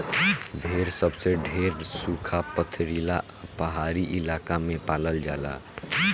भेड़ सबसे ढेर सुखा, पथरीला आ पहाड़ी इलाका में पालल जाला